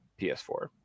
PS4